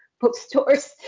bookstores